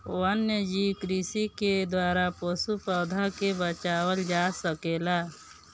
वन्यजीव कृषि के द्वारा पशु, पौधा के बचावल जा सकेला